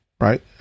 right